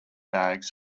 bags